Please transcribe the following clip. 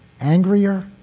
angrier